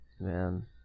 man